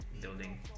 building